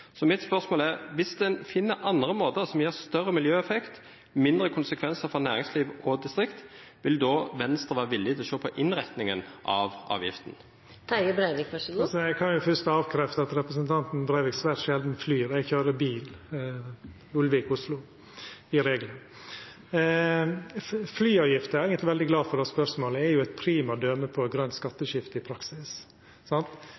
Så mitt spørsmål er: Hvis en finner andre måter, som gir større miljøeffekt og mindre konsekvenser for næringslivet og distrikter, vil da Venstre være villig til å se på innretningen av avgiften? Eg kan jo fyrst avkrefta – representanten Breivik flyr svært sjeldan. Eg køyrer bil Ulvik–Oslo, i regelen. Flyavgifta – eg er veldig glad for det spørsmålet – er eit prima døme på eit grønt